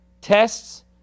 tests